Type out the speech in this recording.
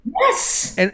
Yes